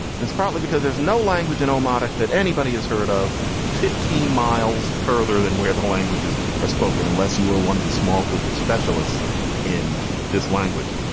and it's partly because there's no language nomadic that anybody has heard of fifteen miles further than where the languages are spoken, unless you are one of the small group of specialists in this language.